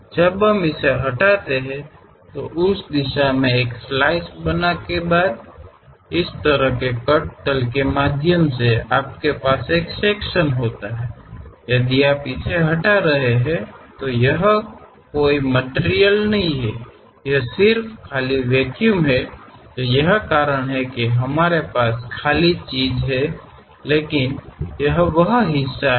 ನಾವು ಅದನ್ನು ತೆಗೆದುಹಾಕಿದಾಗ ಆ ದಿಕ್ಕಿನಲ್ಲಿ ಸ್ಲೈಸ್ ಮಾಡಿದ ನಂತರ ಅದೇ ರೀತಿ ನೀವು ವಿಭಾಗವನ್ನು ಹೊಂದಿರುವಾಗ ಕತ್ತರಿಸಿದ ಸಮತಲದ ಮೂಲಕ ನೀವು ಅದನ್ನು ತೆಗೆದುಹಾಕುತ್ತಿದ್ದರೆ ಇಲ್ಲಿ ಯಾವುದೇ ವಸ್ತು ಇರುವುದಿಲ್ಲ ಅದು ಕೇವಲ ಖಾಲಿ ನಿರ್ವಾತವಾಗಿದ್ದು ಅದು ನಮಗೆ ಖಾಲಿ ವಿಷಯವನ್ನು ಹೊಂದಲು ಕಾರಣವಾಗಿದೆ